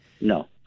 no